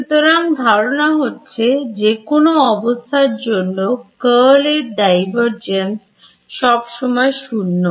সুতরাং ধারণা হচ্ছে যে কোন অবস্থার জন্য Curl এর Divergence সব সময় শূন্য